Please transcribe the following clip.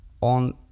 on